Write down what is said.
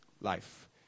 life